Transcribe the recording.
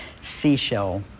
seashell